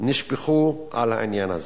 נשפכו על העניין הזה.